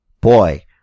Boy